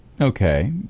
Okay